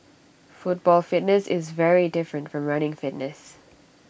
football fitness is very different from running fitness